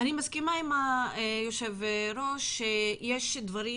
אני מסכימה עם היושב ראש, יש דברים